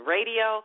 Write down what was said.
Radio